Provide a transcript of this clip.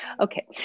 Okay